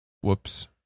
whoops